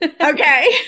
Okay